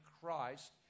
Christ